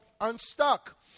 Unstuck